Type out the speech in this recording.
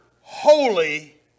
holy